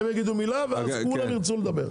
הם יגידו מילה ואז כולם ירצו לדבר.